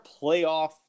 playoff